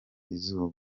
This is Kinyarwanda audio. izuba